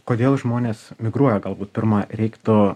kodėl žmonės migruoja galbūt pirma reiktų